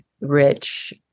Rich